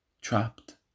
Trapped